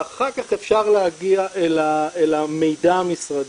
ואחר כך אפשר להגיע אל המידע המשרדי.